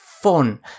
fun